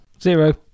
Zero